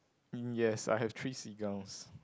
mm yes I have three seagulls